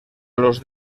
los